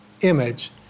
image